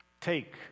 Take